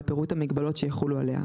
ופירוט המגבלות שיחולו עליה,